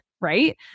Right